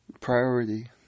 priority